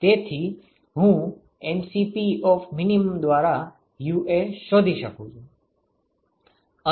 તેથી હું mCp દ્વારા UA શોધી શકું છું